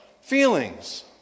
feelings